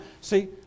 See